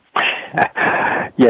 Yes